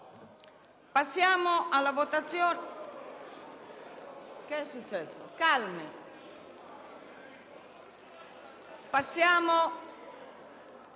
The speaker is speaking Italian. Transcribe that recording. Passiamo alla votazione